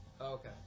Okay